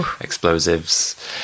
explosives